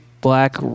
black